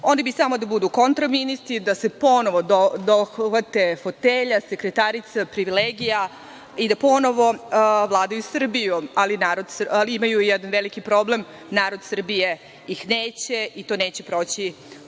Oni bi samo da budu kontra ministri, da se ponovo dohvate fotelja, sekretarica, privilegija i da ponovo vladaju Srbijom, ali imaju jedan veliki problem, narod Srbije ih neće i to neće proći kod